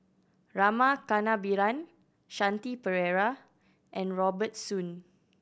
Rama Kannabiran Shanti Pereira and Robert Soon